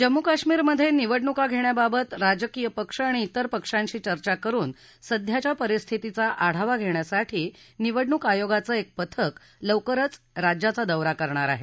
जम्मू काश्मीरमध्ये निवडणूका घेण्याबाबत राजकीय पक्ष आणि इतर पक्षांशी चर्चा करून सध्याच्या परिस्थितीचा आढावा घेण्यासाठी निवडणूक आयोगाचं एक पथक लवकरच राज्याचा दौरा करणार आहे